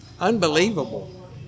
unbelievable